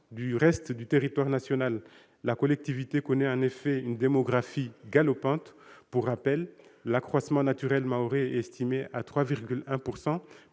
du reste du territoire national, la collectivité connaît, en effet, une démographie galopante. Pour rappel, l'accroissement naturel mahorais est estimé à 3,1